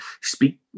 speak